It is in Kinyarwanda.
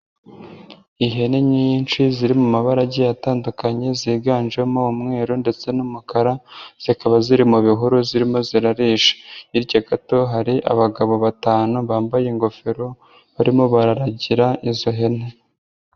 Ihene nyinshi ziri mu mabara agiye atandukanye ziganjemo umweru ndetse n'amakara, zikaba ziri mu bihuru zirimo zirarisha hirya gato hari abagabo batanu bambaye ingofero barimo bararagira izo hene.